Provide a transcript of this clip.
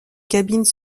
cabines